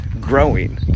growing